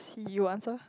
see you answer